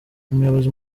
umuyobozi